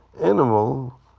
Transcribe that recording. animal